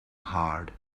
hard